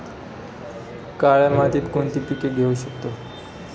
काळ्या मातीत कोणती पिके घेऊ शकतो?